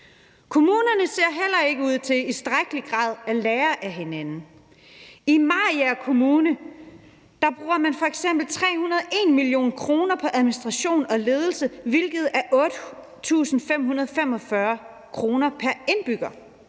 Kommunerne ser heller ikke ud til i tilstrækkelig grad at lære af hinanden. I Mariager Kommune bruger man f.eks. 301 mio. kr. på administration og ledelse, hvilket er 8.845 kr. pr. indbygger.